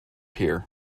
here